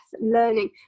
learning